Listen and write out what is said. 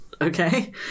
okay